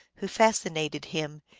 who fascinated him,